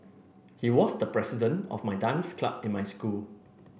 he was the president of my dance club in my school